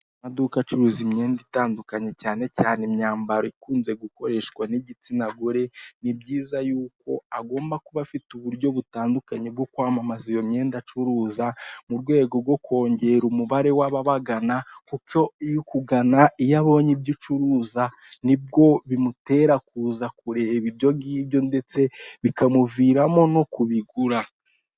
Amaduka acuruza imyenda itandukanye, cyane cyane imyambaro ikunze gukoreshwa n'igitsina gore, ni byiza yuko agomba kuba afite uburyo butandukanye bwo kwamamaza iyo myenda acuruza mu rwego rwo kongera umubare w'ababagana, kuko iyo ukugana iyo abonye ibyo ucuruza, ni bwo bimutera kuza kureba ibyo ngibyo ndetse bikamuviramo no kubigura.